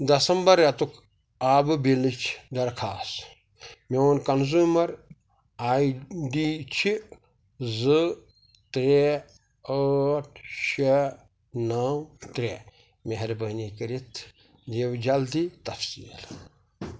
دسمبر رٮ۪تک آبہٕ بلٕچ درخواس میون کنزیوٗمر آی ڈی چھِ زٕ ترٛےٚ ٲٹھ شےٚ نَو ترٛےٚ مہربٲنی کٔرِتھ دِیِو جلدی تفصیٖل